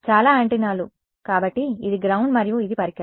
చాలా యాంటెన్నాలు కాబట్టి ఇది గ్రౌండ్ మరియు ఇది పరికరం